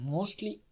Mostly